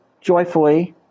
joyfully